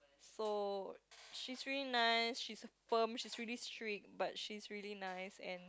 so she's really nice she's firm she's really strict but she's really nice and